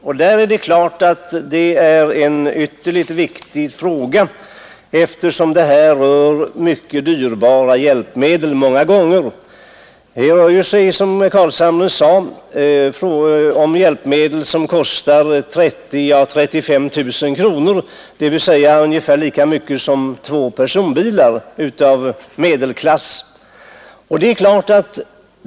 Det är klart att detta är en ytterligt viktig fråga, eftersom det här rör många gånger mycket dyrbara hjälpmedel. Det rör sig, som herr Carlshamre sade, om hjälpmedel som kan kosta 30 000 å 35 000 kronor, dvs. ungefär lika mycket som två personbilar av mellanklass.